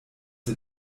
sie